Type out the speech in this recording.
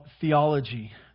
theology